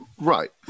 Right